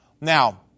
Now